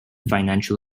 financial